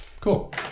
Cool